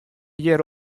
hjir